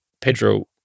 Pedro